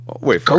wait